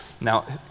Now